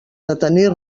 detenir